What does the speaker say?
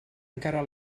encara